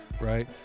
right